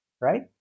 right